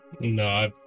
No